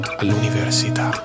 all'università